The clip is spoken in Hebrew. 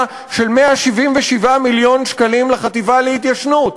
של 177 מיליון שקלים לחטיבה להתיישבות.